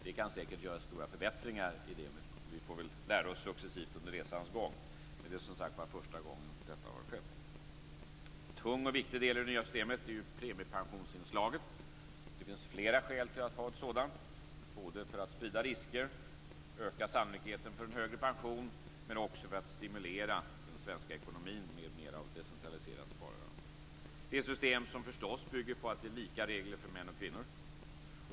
Det kan säkert göras stora förbättringar i det. Vi får väl lära oss successivt under resans gång, men detta är som sagt första gången som något sådant här har skett. En tung och viktig del i det nya systemet är premiepensionsinslaget. Det finns flera skäl till att ha ett sådant, såväl för att sprida risker och öka sannolikheten för en högre pension som för att stimulera den svenska ekonomin och ett decentraliserat sparande. Det är förstås ett system som bygger på lika regler för män och kvinnor.